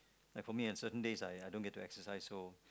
like for me on certain days I I don't get to exercise so